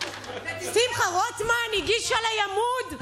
שמחה רוטמן הגיש עליי עמוד,